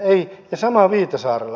ja sama viitasaarella